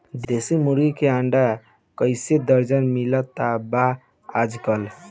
देशी मुर्गी के अंडा कइसे दर्जन मिलत बा आज कल?